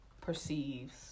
perceives